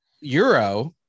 Euro